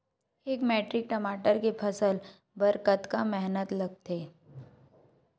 एक मैट्रिक टमाटर के फसल बर कतका मेहनती लगथे?